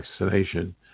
vaccination